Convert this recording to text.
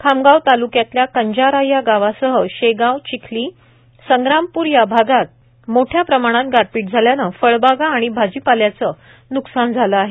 खामगाव ताल्क्यातल्या कंजारा या गावासह शेगाव चिखली संग्रामपूर या भागात मोठ्या प्रमाणात गारपीट झाल्यानं फळबागा आणी भाजीपाल्याचं न्कसान झालं आहे